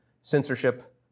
censorship